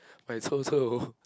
but it's also